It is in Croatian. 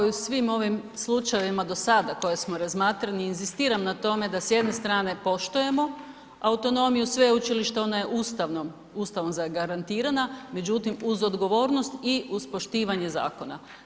Ja kao i svim ovim slučajevima do sada koje smo razmatrali, inzistiram na tome da se s jedne strane poštujemo autonomiju sveučilišta, ona je Ustavom zagarantirana, međutim, uz odgovornost i uz poštivanje zakona.